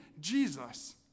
Jesus